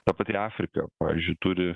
ta pati afrika pavyzdžiui turi